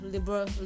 Liberal